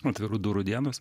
atvirų durų dienos